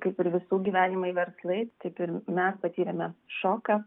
kaip ir visų gyvenimai verslai taip ir mes patyrėme šoką